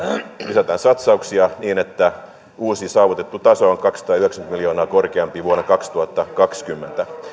lisätään satsauksia niin että uusi saavutettu taso on kaksisataayhdeksänkymmentä miljoonaa korkeampi vuonna kaksituhattakaksikymmentä